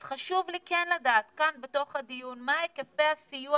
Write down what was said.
אז חשוב לי כן לדעת כאן בתוך הדיון מה היקפי הסיוע